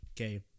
Okay